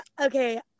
okay